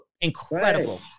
incredible